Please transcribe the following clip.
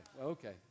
okay